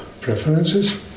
preferences